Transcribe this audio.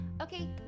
Okay